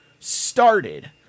started